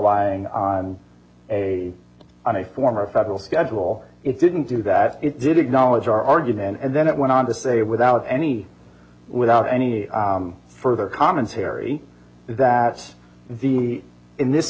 lying on a on a former federal schedule it didn't do that it did acknowledge our argument and then it went on to say without any without any further commentary that the in this